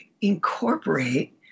incorporate